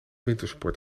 wintersport